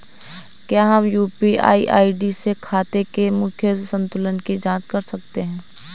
क्या हम UPI ID से खाते के मूख्य संतुलन की जाँच कर सकते हैं?